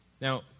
Now